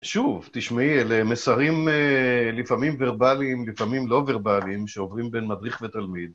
שוב, תשמעי, אלה מסרים לפעמים ורבליים, לפעמים לא ורבליים, שעוברים בין מדריך ותלמיד.